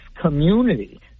community